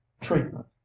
treatment